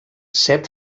set